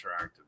interactive